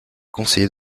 conseillé